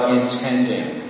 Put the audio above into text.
intending